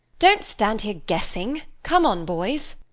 don't stand here guessing. come on, boys.